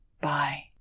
Bye